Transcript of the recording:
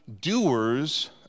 doers